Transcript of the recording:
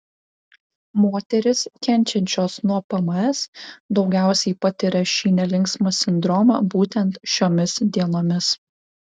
moterys kenčiančios nuo pms daugiausiai patiria šį nelinksmą sindromą būtent šiomis dienomis